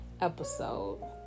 episode